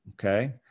okay